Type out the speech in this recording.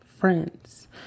friends